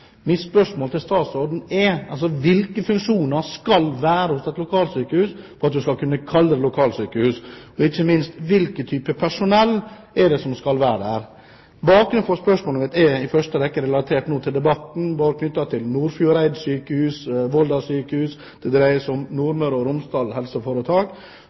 Mitt spørsmål til statsråden er: Hvilke funksjoner skal et lokalsykehus ha for at man skal kunne kalle det et lokalsykehus? Og ikke minst: Hvilke typer personell er det som skal være der? Bakgrunnen for spørsmålet mitt er i første rekke relatert til debatten knyttet til Nordfjord sjukehus og Volda sjukehus. Det dreier seg om Nordmøre og Romsdal helseforetak,